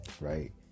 right